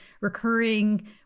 recurring